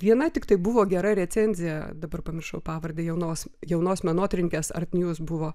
viena tiktai buvo gera recenzija dabar pamiršau pavardę jaunos jaunos menotyrininkės art njus buvo